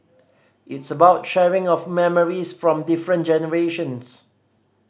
it's about sharing of memories from different generations